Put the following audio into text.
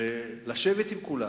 לשבת עם כולם,